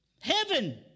Heaven